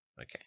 Okay